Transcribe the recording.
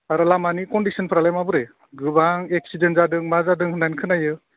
आरो लामानि कनडिसनफोरालाय माबोरै गोबां एक्सिडेन्ट जादों मा जादों होननानै खोनायो